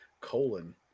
colon